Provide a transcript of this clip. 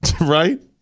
Right